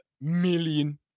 million